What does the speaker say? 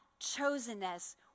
chosenness